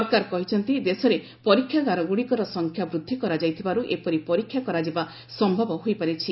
ସରକାର କହିଛନ୍ତି ଦେଶରେ ପରୀକ୍ଷାଗାରଗୁଡ଼ିକର ସଂଖ୍ୟା ବୃଦ୍ଧି କରାଯାଇଥିବାର୍ତ ଏପରି ପରୀକ୍ଷା କରାଯିବା ସମ୍ଭବ ହୋଇପାରିଛି